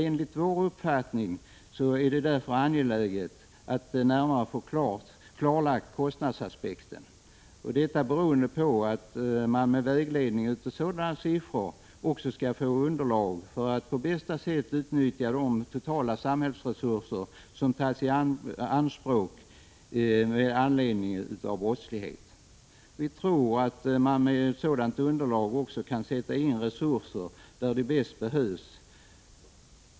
Enligt vår uppfattning är det därför angeläget att få kostnadsaspekten närmare klarlagd, detta för att man med vägledning av sådana siffror också skall få ett underlag för att på bästa sätt utnyttja de totala samhällsresurser som tas i anspråk med anledning av brottslighet. Vi tror att man med ett sådant underlag också kan sätta in resurser där de bäst behövs.